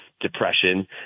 depression